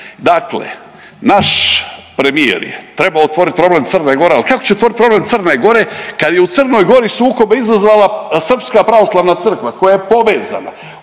Dakle, naš premijer je trebao otvoriti problem Crne Gore, ali kako će otvoriti problem Crne Gore kad je u Crnoj Gori sukobe izazvala Srpska pravoslavna crkva koja je povezana